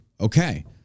Okay